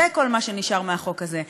זה כל מה שנשאר מהחוק הזה.